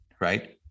Right